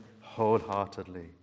wholeheartedly